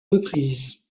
reprises